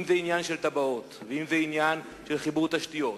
אם עניין של תב"עות, ואם עניין של חיבור תשתיות,